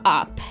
up